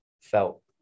felt